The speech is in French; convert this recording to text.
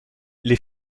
les